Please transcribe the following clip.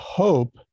hope